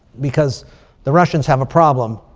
because the russians have a problem